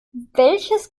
welches